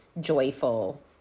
joyful